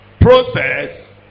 process